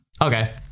Okay